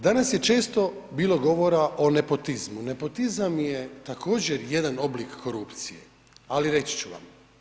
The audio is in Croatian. Danas je često bilo govora o nepotizmu, nepotizam je također jedan oblik korupcije, ali reći ću vam.